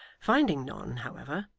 finding none, however,